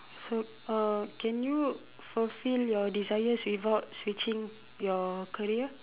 so uh can you fulfill your desires without switching your career